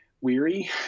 weary